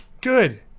Good